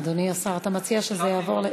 אדוני השר, אתה מציע שזה יעבור,